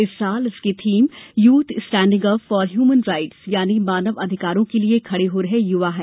इस साल इसकी theme youth standing up for human rights यानि मानव अधिकारों के लिए खड़े हो रहे युवा है